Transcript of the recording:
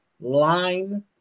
line